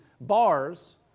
bars